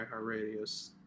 iHeartRadio